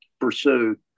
pursued